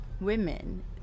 women